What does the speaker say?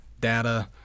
data